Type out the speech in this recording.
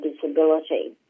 disability